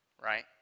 right